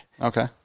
Okay